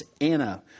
Anna